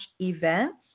events